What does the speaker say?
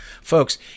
Folks